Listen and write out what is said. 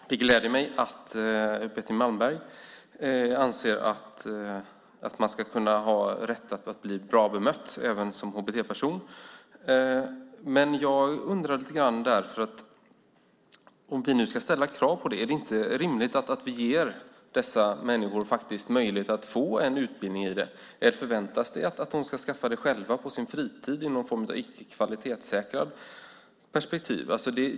Fru talman! Det gläder mig att Betty Malmberg anser att man ska kunna ha rätt att bli bra bemött även som HBT-person. Men jag undrar lite grann: Om vi nu ska ställa krav på det här - är det då inte rimligt att vi ger dessa möjlighet att få en utbildning i detta? Eller förväntas det att de ska skaffa det själva på sin fritid i någon form av icke kvalitetssäkrat perspektiv?